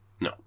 No